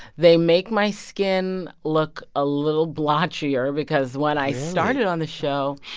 they make my skin look a little blotchier because when i started on the show,